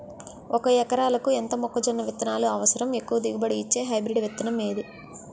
ఒక ఎకరాలకు ఎంత మొక్కజొన్న విత్తనాలు అవసరం? ఎక్కువ దిగుబడి ఇచ్చే హైబ్రిడ్ విత్తనం ఏది?